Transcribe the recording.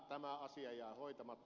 tämä asia jää hoitamatta